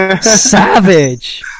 savage